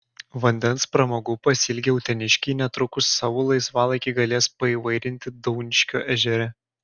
vandens pramogų pasiilgę uteniškiai netrukus savo laisvalaikį galės paįvairinti dauniškio ežere